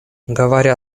говоря